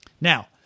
Now